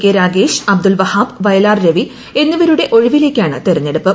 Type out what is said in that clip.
K Ragesh Abdul Wahab Vayalar Ravi എന്നിവരുടെ ഒഴിവിലേക്കാണ് തെരഞ്ഞെടുപ്പ്